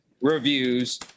reviews